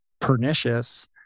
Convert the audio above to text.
pernicious